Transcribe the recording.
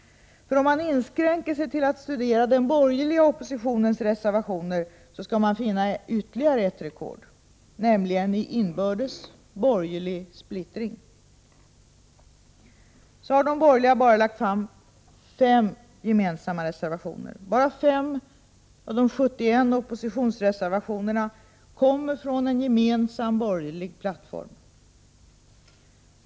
För om man inskränker sig till att studera den borgerliga oppositionens reservationer skall man finna ytterligare ett rekord, nämligen i inbördes borgerlig splittring. De borgerliga har bara lagt fram 5 gemensamma reservationer. Bara 5 av de 71 oppositionsreservationerna kommer från en gemensam borgerlig plattform.